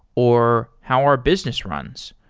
or how our business runs.